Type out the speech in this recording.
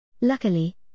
Luckily